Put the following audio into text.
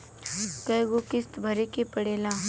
कय गो किस्त भरे के पड़ेला?